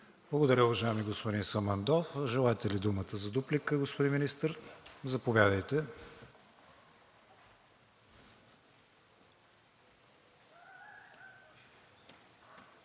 Благодаря, уважаеми господин Самандов. Желаете ли думата за дуплика, господин Министър? Заповядайте.